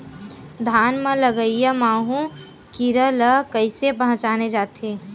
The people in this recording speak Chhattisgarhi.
धान म लगईया माहु कीरा ल कइसे पहचाने जाथे?